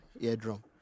eardrum